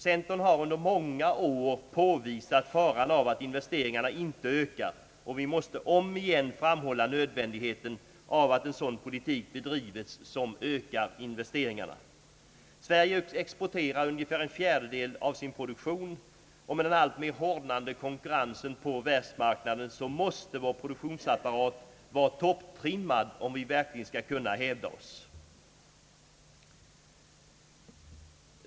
Centern har under många år påvisat faran av att investeringarna inte ökar, och vi måste åter framhålla nödvändigheten av att en sådan politik bedrives som ökar investeringarna. Sverige exporterar ungefär en fjärdedel av sin produktion, och med den alltmer hårdnande konkurrensen på världsmarknaden måste vår produktionsapparat vara topptrimmad om vi verkligen skall kunna hävda oss.